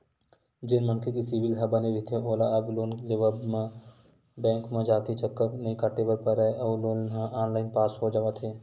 जेन मनखे के सिविल ह बने रहिथे ओला अब लोन लेबर बेंक म जाके चक्कर नइ काटे बर परय अउ लोन ह ऑनलाईन पास हो जावत हे